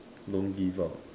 don't give up